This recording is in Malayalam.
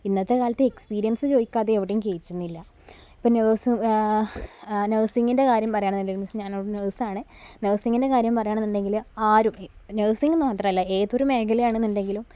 ഇന്നത്തെ കാലത്ത് എക്സ്പീരിയൻസ് ചോദിക്കാതെ എവിടെയും കയറ്റുന്നില്ല ഇപ്പോള് നഴ്സിങ്ങിൻ്റെ കാര്യം പറയാണെന്നുണ്ടെങ്കിൽ ഇപ്പോള് ഞാനിവിടെ നഴ്സാണ് നഴ്സിങ്ങിൻ്റെ കാര്യം പറയാണെന്നുണ്ടെങ്കിൽ ഇപ്പോള് ആരും നേഴ്സിങ് എന്നു മാത്രമല്ല ഏതൊരു മേഖലയാണെന്നുണ്ടെങ്കിലും